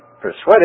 persuaded